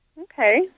Okay